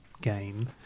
game